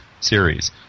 series